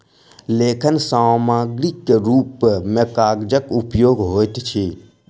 लेखन सामग्रीक रूप मे कागजक उपयोग होइत अछि